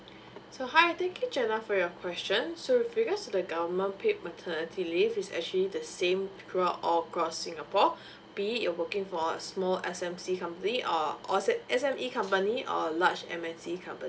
so hi thank you jenna for your question so with regards to the government paid maternity leave it's actually the same throughout all across singapore be it you are working for a small S_M_C company or or S_M_E company or large M_N_C company